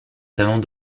talents